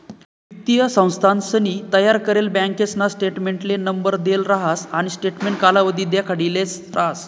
वित्तीय संस्थानसनी तयार करेल बँकासना स्टेटमेंटले नंबर देल राहस आणि स्टेटमेंट कालावधी देखाडिदेल राहस